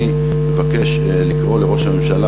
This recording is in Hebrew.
אני מבקש לקרוא לראש הממשלה,